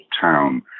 town